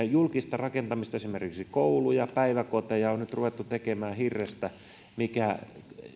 julkista rakentamista esimerkiksi kouluja ja päiväkoteja on nyt ruvettu tekemään hirrestä mikä